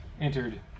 entered